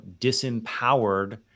disempowered